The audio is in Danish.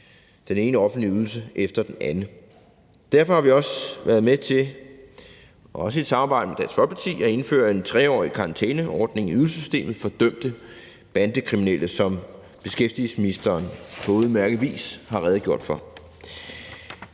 den ene offentlige ydelse efter den anden. Derfor har vi også været med til, også i et samarbejde med Dansk Folkeparti, at indføre en 3-årig karantæneordning i ydelsesdelen for dømte bandekriminelle, som beskæftigelsesministeren på udmærket vis har redegjort for.